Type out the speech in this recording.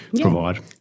provide